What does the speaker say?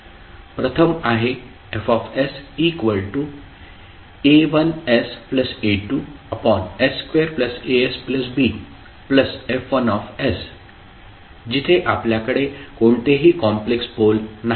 प्रथम आहे FsA1sA2s2asbF1 जिथे आपल्याकडे कोणतेही कॉम्प्लेक्स पोल नाहीत